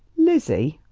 lizzie,